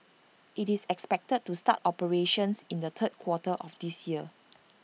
it's expected to start operations in the third quarter of this year